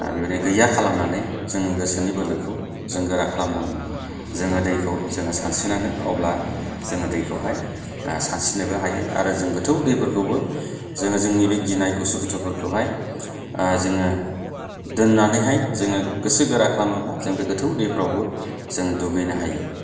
बेबायदिनो गैया खालामनानै जोंनि गोसोनि बोलोखौ जों गोरा खालामनानै जोङो दैखौ जोङो सानस्रिनांगोन अब्ला जों दैखौहाय सानस्रिनोबो हायो आरो जों गोथौ दैफोरखौबो जोङो जोंनि बे गिनाय उसुखुथु फोरखौहाय जोङो दोननानैहाय जोङो गोसो गोरा खालामोब्ला जों बे गोथौ दैफ्रावबो जों दुगैनो हायो